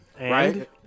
Right